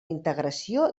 integració